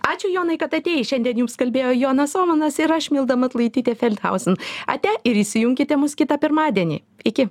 ačiū jonai kad atėjai šiandien jums kalbėjo jonas omanas ir aš milda matulaitytė felthausen ate ir įsijunkite mus kitą pirmadienį iki